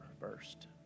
first